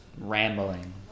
rambling